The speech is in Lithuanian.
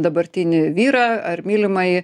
dabartinį vyrą ar mylimąjį